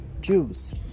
Jews